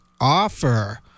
offer